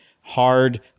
hard